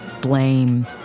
blame